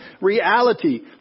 reality